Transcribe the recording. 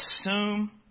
assume